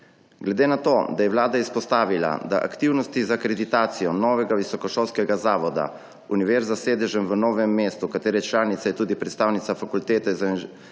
Glede na to da je vlada izpostavila, da aktivnosti za akreditacijo novega visokošolskega zavoda univerza s sedežem v Novem mestu, katere članica je tudi predstavnica Fakultete za